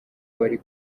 wari